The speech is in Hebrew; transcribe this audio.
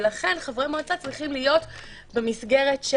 ולכן חברי מועצה צריכים להיות במסגרת של